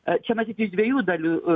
čia matyt dviejų dalių